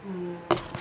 mm